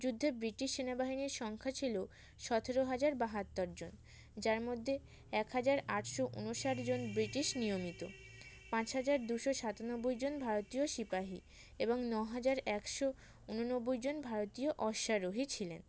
যুদ্ধে ব্রিটিশ সেনাবাহিনীর সংখ্যা ছিল সতেরো হাজার বাহাত্তর জন যার মধ্যে এক হাজার আটশো ঊনষাট জন ব্রিটিশ নিয়মিত পাঁচ হাজার দুশো সাতানব্বই জন ভারতীয় সিপাহী এবং ন হাজার একশো ঊননব্বই জন ভারতীয় অশ্বারোহী ছিলেন